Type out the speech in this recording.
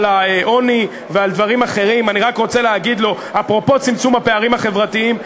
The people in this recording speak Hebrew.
ערפאת, ומה שעושה ההנהגה הפלסטינית.